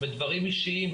בדברים אישיים,